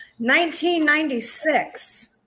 1996